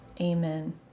Amen